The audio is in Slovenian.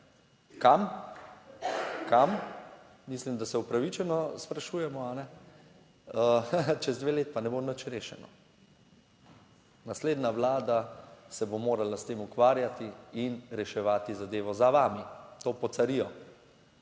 kam? - mislim, da se upravičeno sprašujemo, čez dve leti pa ne bo nič rešeno. Naslednja vlada se bo morala s tem ukvarjati in reševati zadevo za vami to pocarijo.